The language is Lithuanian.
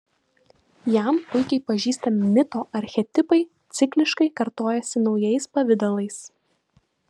jam puikiai pažįstami mito archetipai cikliškai kartojasi naujais pavidalais